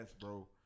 bro